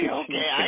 okay